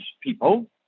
people